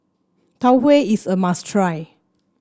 Tau Huay is a must try